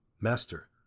Master